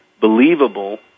believable